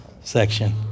section